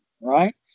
right